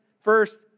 first